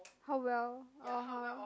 how well (uh huh)